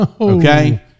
Okay